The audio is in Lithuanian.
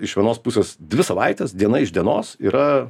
iš vienos pusės dvi savaites diena iš dienos yra